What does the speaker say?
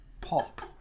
pop